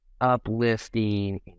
uplifting